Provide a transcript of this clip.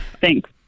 Thanks